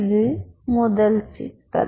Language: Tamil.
இது முதல் சிக்கல்